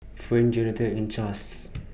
Fern Johathan and Chas